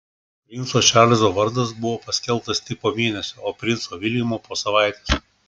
princo čarlzo vardas buvo paskelbtas tik po mėnesio o princo viljamo po savaitės